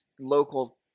local